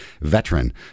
veteran